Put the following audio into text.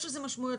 יש לזה משמעויות.